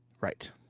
Right